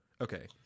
Okay